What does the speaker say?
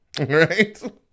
right